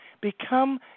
become